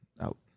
out